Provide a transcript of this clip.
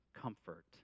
comfort